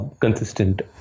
consistent